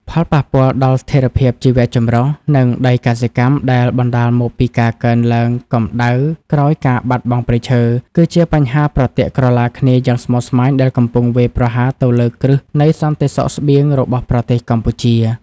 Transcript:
ផលប៉ះពាល់ដល់ស្ថិរភាពជីវៈចម្រុះ និងដីកសិកម្មដែលបណ្ដាលមកពីការកើនឡើងកម្ដៅក្រោយការបាត់បង់ព្រៃឈើ គឺជាបញ្ហាប្រទាក់ក្រឡាគ្នាយ៉ាងស្មុគស្មាញ ដែលកំពុងវាយប្រហារទៅលើគ្រឹះនៃសន្តិសុខស្បៀងរបស់ប្រទេសកម្ពុជា។